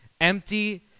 empty